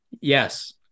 Yes